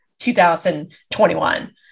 2021